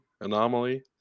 anomaly